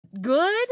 good